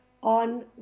On